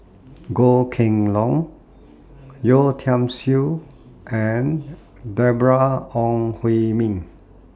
Goh Kheng Long Yeo Tiam Siew and Deborah Ong Hui Min